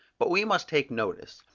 but we must take notice,